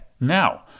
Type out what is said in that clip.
now